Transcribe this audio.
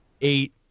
eight